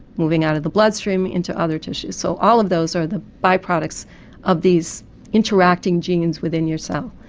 moving out of the bloodstream into other tissues. so all of those are the byproducts of these interacting genes within your cell.